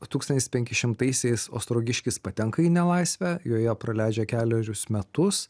tūkstantis penkišimtaisiais ostrogiškis patenka į nelaisvę joje praleidžia kelerius metus